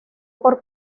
por